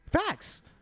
Facts